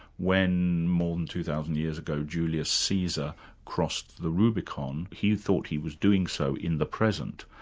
when more than two thousand years ago julius caesar crossed the rubicon, he thought he was doing so in the present,